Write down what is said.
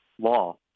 law